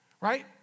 right